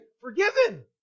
forgiven